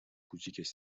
کوچیکش